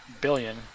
billion